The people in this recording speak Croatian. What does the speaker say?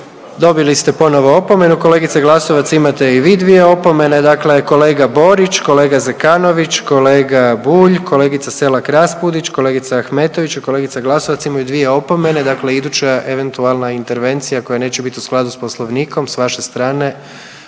Dobili ste ponovo opomenu kolegice Glasovac, imate i vi dvije opomene. Dakle, kolega Borić, kolega Zekanović, kolega Bulj, kolegica Selak Raspudić, kolegica Ahmetović i Glasovac imaju dvije opomene, dakle iduća eventualna intervencija koja neće biti u skladu s Poslovnikom s vaše strane